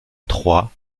troyes